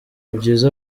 byiza